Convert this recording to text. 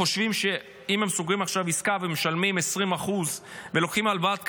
הם חושבים שהם סוגרים עכשיו עסקה ומשלמים 20% ולוקחים הלוואת קבלן,